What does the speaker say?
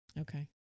okay